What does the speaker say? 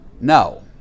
No